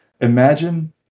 imagine